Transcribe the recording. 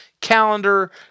Calendar